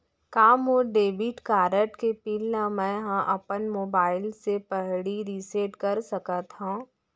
का मोर debit card के पिन ल मैं ह अपन मोबाइल से पड़ही रिसेट कर सकत हो?